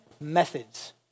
methods